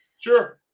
Sure